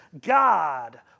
God